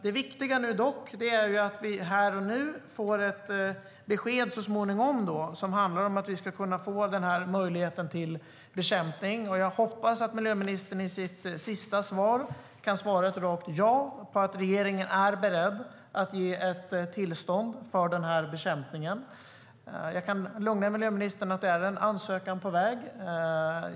Det viktiga är dock att vi så småningom får ett besked om att det ska finnas möjlighet till bekämpning. Jag hoppas att miljöministern i sitt avslutande inlägg kan svara ett rakt ja när det gäller att regeringen är beredd att ge ett tillstånd för bekämpning. Jag kan lugna miljöministern med att det är en ansökan på väg.